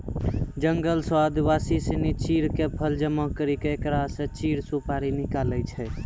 जंगल सॅ आदिवासी सिनि चीड़ के फल जमा करी क एकरा स चीड़ सुपारी निकालै छै